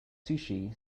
sushi